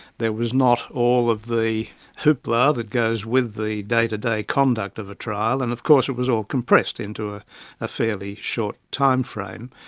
there was not all of the hoopla that goes with the day-to-day conduct of a trial. and of course it was all compressed into ah a fairly short timeframe.